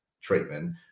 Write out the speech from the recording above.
treatment